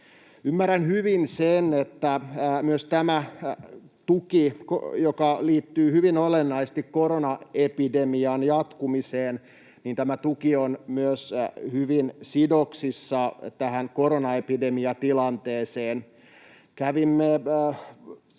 Ymmärrän hyvin sen, että myös tämä tuki, joka liittyy hyvin olennaisesti koronaepidemian jatkumiseen, on hyvin sidoksissa tähän koronaepidemiatilanteeseen.